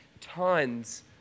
tons